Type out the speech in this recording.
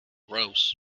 rows